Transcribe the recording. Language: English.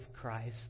Christ